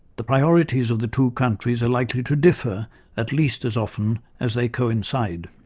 the priorities of the two countries are likely to differ at least as often as they coincide'.